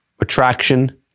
Attraction